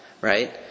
right